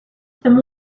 some